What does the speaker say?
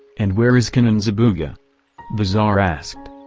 and where is conon zabuga the tsar asked.